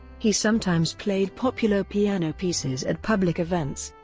he sometimes played popular piano pieces at public events.